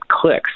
clicks